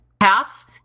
half